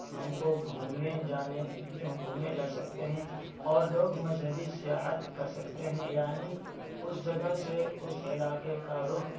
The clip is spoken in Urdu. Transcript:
ہم کو گھومنے جانے جو گھومنے جا سکتے ہیں اور لوگ مذہبی سیاحت کر سکتے ہیں یعنی اس جگہ سے اس علاقے کا رخ